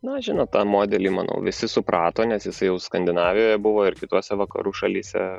na žinot tą modelį manau visi suprato nes jisai jau skandinavijoje buvo ir kitose vakarų šalyse